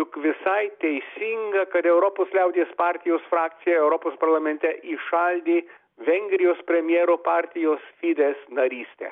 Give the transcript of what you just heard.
juk visai teisinga kad europos liaudies partijos frakcija europos parlamente įšaldė vengrijos premjero partijos fidez narystę